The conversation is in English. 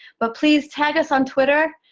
but please, tag us on twitter.